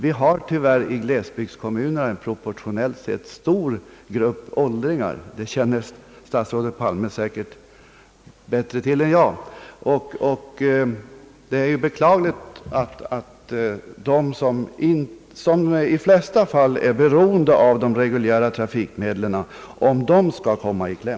Vi har i glesbygdskommunerna proportionellt sett en stor grupp åldringar — det känner statsrådet Palme säkert bättre till än jag — och det är som sagt beklagligt att de som i de flesta fall är beroende av de reguljära trafikmedlen skall komma i kläm.